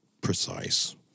precise